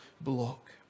block